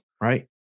right